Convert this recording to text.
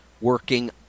working